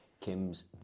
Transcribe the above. Kim's